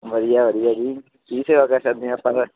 ਵਧੀਆ ਵਧੀਆ ਜੀ ਕੀ ਸੇਵਾ ਕਰ ਸਕਦੇ ਹਾਂ ਆਪਾਂ ਤਾਂ